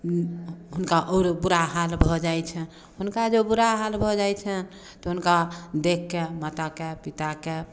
हुनका आओर बुरा हाल भऽ जाइ छनि हुनका जॅं बुरा हाल भऽ जाइ छनि तऽ हुनका देखके माताके पिताके